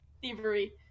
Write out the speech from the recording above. thievery